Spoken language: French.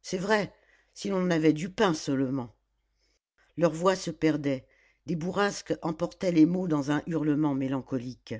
c'est vrai si l'on avait du pain seulement leurs voix se perdaient des bourrasques emportaient les mots dans un hurlement mélancolique